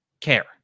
care